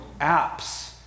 apps